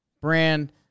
Brand